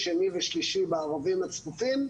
שני ושלישי בערבים הצפופים,